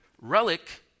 relic